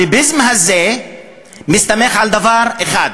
הביביזם הזה מסתמך על דבר אחד.